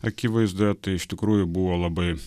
akivaizdoje tai iš tikrųjų buvo labai